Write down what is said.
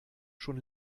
schon